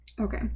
Okay